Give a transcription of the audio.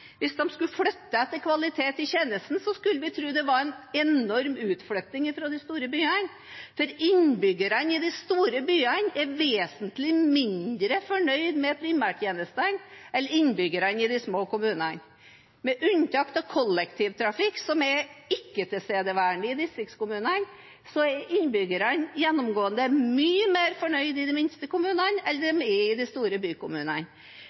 hvis man skulle flytte etter kvalitet i tjenesten, skulle vi tro at det var en enorm utflytting fra de store byene, for innbyggerne i de store byene er vesentlig mindre fornøyd med primærtjenestene enn innbyggerne i de små kommunene. Med unntak av kollektivtrafikk, som er ikke-tilstedeværende i distriktskommunene, er innbyggerne gjennomgående mye mer fornøyd i de minste kommunene enn de er i de store bykommunene.